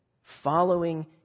Following